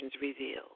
revealed